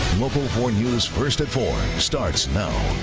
local four news first at four starts now!